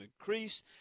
increase